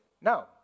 no